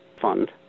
fund